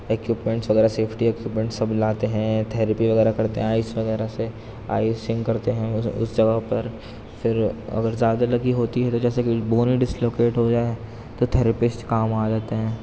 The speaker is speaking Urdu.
اکیوپمنٹس وغیرہ سیفٹی کا اکیوپمنٹس سب لاتے ہیں تھیراپی وغیرہ کرتے ہیں آئس وغیرہ سے آئسنگ کرتے ہیں اس جگہ پر پھر اگر زیادہ لگی ہوتی ہے تو جیسے کہ بون ڈسلوکیٹ ہو جائیں تو تھیراپسٹ کام آ جاتے ہیں